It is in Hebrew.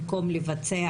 במקום לבצע,